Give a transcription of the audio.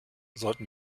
sollten